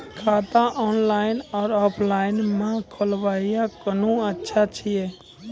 खाता ऑनलाइन और ऑफलाइन म खोलवाय कुन अच्छा छै?